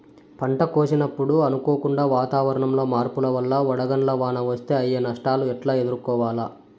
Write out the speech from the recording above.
పంట కోసినప్పుడు అనుకోకుండా వాతావరణంలో మార్పుల వల్ల వడగండ్ల వాన వస్తే అయ్యే నష్టాలు ఎట్లా ఎదుర్కోవాలా?